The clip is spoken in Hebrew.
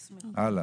הלאה.